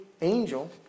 angel